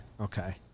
Okay